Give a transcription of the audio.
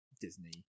Disney